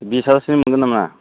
बिस हाजारसोनि मोनगोन नामा